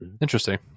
Interesting